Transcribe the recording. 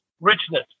richness